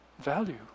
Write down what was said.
value